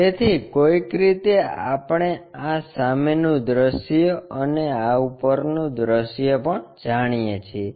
તેથી કોઈક રીતે આપણે આ સામેનું દૃશ્ય અને આ ઉપરનું દૃશ્ય પણ જાણીએ છીએ